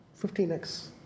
15x